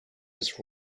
his